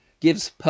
Gives